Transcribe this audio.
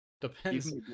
depends